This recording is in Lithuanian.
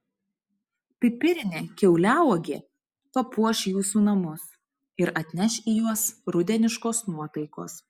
pipirinė kiauliauogė papuoš jūsų namus ir atneš į juos rudeniškos nuotaikos